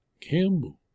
Campbell